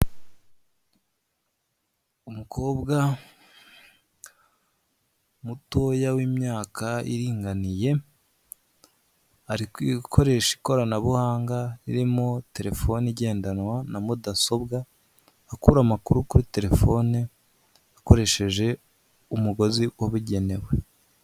Umukobwa mutoya w'imyaka iringaniye, ari gukoresha ikoranabuhanga ririmo telefone igendanwa na mudasobwa, akura amakuru kuri telefone akoresheje umugozi wabugenewe.